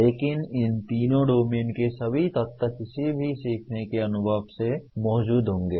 लेकिन इन तीनों डोमेन के सभी तत्व किसी भी सीखने के अनुभव में मौजूद होंगे